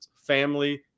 Family